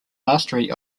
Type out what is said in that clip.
mastery